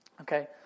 okay